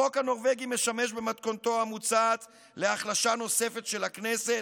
החוק הנורבגי משמש במתכונתו המוצעת להחלשה נוספת של הכנסת,